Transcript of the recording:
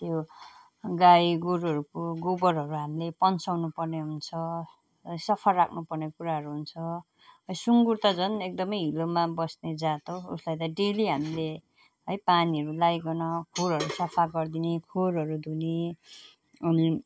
त्यो गाई गोरुहरूको गोबरहरू हामीले पन्छाउनु पर्ने हुन्छ सफा राख्नु पर्ने कुराहरू हुन्छ सुँगुर त झन् एकदम हिलोमा बस्ने जात हो उसलाई त डेली हामीले है पानीहरू लगाईकन खोरहरू सफा गरिदिने खोरहरू धुने अनि